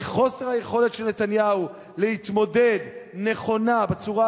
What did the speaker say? מחוסר היכולת של נתניהו להתמודד נכונה בצורה